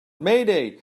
mayday